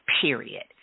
Period